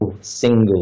single